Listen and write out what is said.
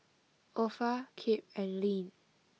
Opha Kip and Ilene